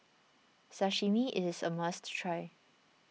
Sashimi is a must try